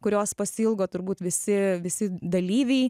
kurios pasiilgo turbūt visi visi dalyviai